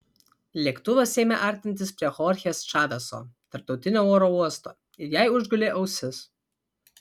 lėktuvas ėmė artintis prie chorchės čaveso tarptautinio oro uosto ir jai užgulė ausis